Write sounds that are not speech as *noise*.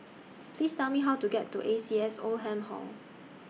*noise* Please Tell Me How to get to A C S Oldham Hall